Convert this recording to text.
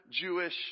Jewish